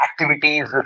activities